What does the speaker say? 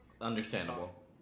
Understandable